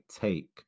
take